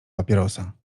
papierosa